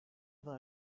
war